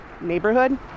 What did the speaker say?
neighborhood